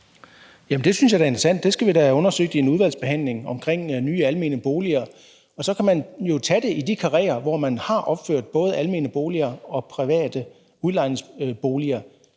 det synes jeg da er interessant. Det skal vi da have undersøgt i en udvalgsbehandling, altså det omkring nye almene boliger. Så kan man jo gøre det i de karréer, hvor man har opført både almene boliger og private udlejningsboliger